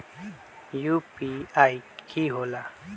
UPI कि होला?